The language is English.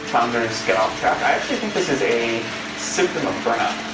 founders get off track. i actually think this is a symptom of burnout.